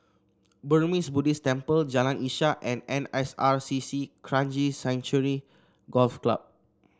Burmese Buddhist Temple Jalan Ishak and N S R C C Kranji Sanctuary Golf Club